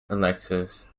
alexis